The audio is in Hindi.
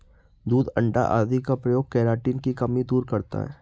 दूध अण्डा आदि का प्रयोग केराटिन की कमी दूर करता है